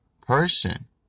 person